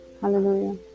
Hallelujah